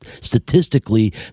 statistically